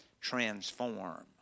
transform